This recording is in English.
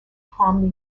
harm